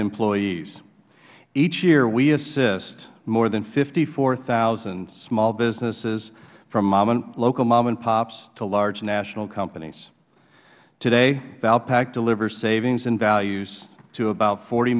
employees each year we assist more than fifty four thousand small businesses from local mom and pops to large national companies today valpak delivers savings and values to about forty